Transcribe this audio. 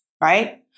right